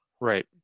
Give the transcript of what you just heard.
Right